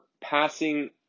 passing